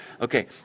Okay